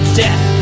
death